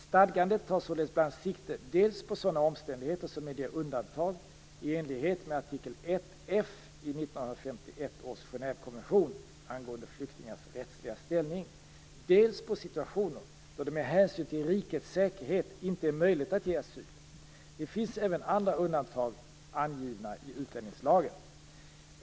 Stadgandet tar således bl.a. sikte dels på sådana omständigheter som medger undantag i enlighet med artikel 1 F i 1951 års Genèvekonvention angående flyktingars rättsliga ställning, dels på situationer då det med hänsyn till rikets säkerhet inte är möjligt att ge asyl. Det finns även andra undantag angivna i utlänningslagen.